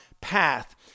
path